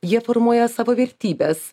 jie formuoja savo vertybes